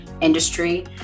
industry